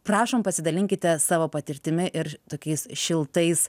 prašom pasidalinkite savo patirtimi ir tokiais šiltais